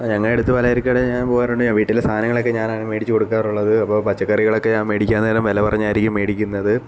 ഞങ്ങളുടെ അടുത്ത് പലചരക്ക് കടയിൽ ഞാന് പോകാറുണ്ട് വീട്ടിലെ സാധനങ്ങള് ഒക്കെ ഞാനാണ് മേടിച്ചു കൊടുക്കാറുള്ളത് അപ്പോൾ പച്ചക്കറികള് ഒക്കെ ഞാന് മേടിക്കാന് നേരം വില പറഞ്ഞായിരിക്കും മേടിക്കുന്നത്